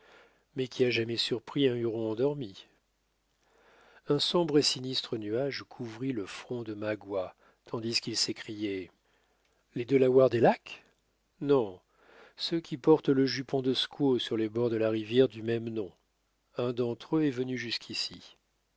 mais qui a jamais surpris un huron endormi un sombre et sinistre nuage couvrit le front de magua tandis qu'il s'écriait les delawares des lacs non ceux qui portent le jupon de squaw sur les bords de la rivière du même nom un d'entre eux est venu jusqu'ici